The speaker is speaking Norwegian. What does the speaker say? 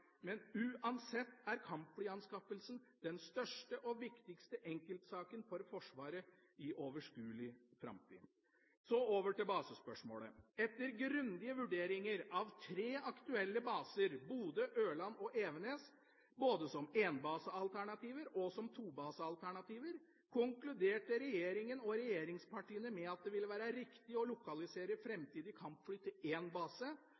men uansett er kampflyanskaffelsen den største og viktigste enkeltsaken for Forsvaret i overskuelig framtid. Så over til basespørsmålet. Etter grundige vurderinger av tre aktuelle baser – Bodø, Ørland og Evenes – både som enbasealternativer og som tobasealternativer, konkluderte regjeringa og regjeringspartiene med at det ville være riktig å lokalisere framtidige kampfly til én base,